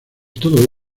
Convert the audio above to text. todo